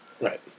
right